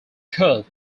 curve